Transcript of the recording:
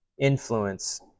influence